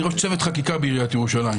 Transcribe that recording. אני ראש צוות חקיקה בעיריית ירושלים.